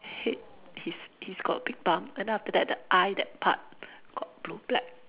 head he's he's got big bump and then after that the eye that part got blue black